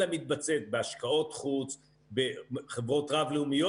אלא זה מתבטא בהשקעות חוץ בחברות רב לאומיות